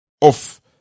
off